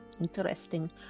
Interesting